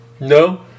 No